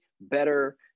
better